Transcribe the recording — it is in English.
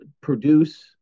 produce